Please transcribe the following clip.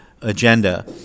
agenda